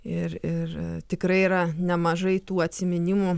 ir ir tikrai yra nemažai tų atsiminimų